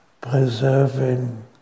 preserving